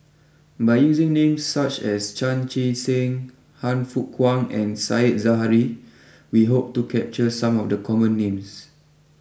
by using names such as Chan Chee Seng Han Fook Kwang and Sai Zahari we hope to capture some of the common names